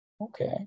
okay